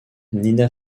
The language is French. nina